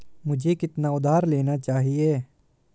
मुझे कितना उधार लेना चाहिए?